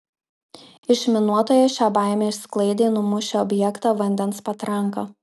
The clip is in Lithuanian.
išminuotojai šią baimę išsklaidė numušę objektą vandens patranka